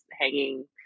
hanging